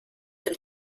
dem